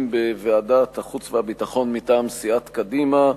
בוועדת החוץ והביטחון מטעם סיעת קדימה: